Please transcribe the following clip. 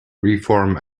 reform